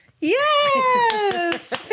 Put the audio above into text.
Yes